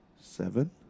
Seven